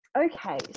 Okay